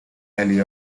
ally